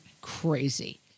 crazy